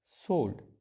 sold